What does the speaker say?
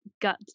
gut